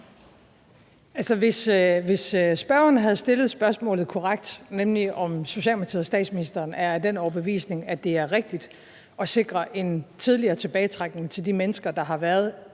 hvis spørgeren havde stillet spørgsmålet korrekt, nemlig om Socialdemokratiet og statsministeren er af den overbevisning, at det er rigtigt at sikre en tidligere tilbagetrækning til de mennesker, der har været